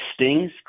stings